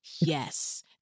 Yes